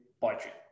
budget